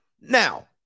Now